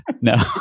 no